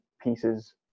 pieces